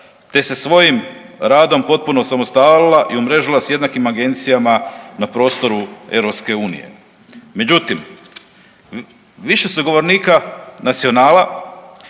te se svojim radom potpuno osamostalila i umrežila s jednakim agencijama na prostoru EU. Međutim, više se govornika Nacionala